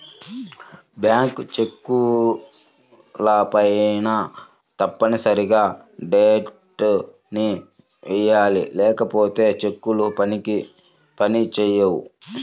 bank చెక్కులపైన తప్పనిసరిగా date ని వెయ్యాలి లేకపోతే చెక్కులు పని చేయవు